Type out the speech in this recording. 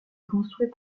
construits